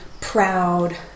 proud